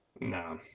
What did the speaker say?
No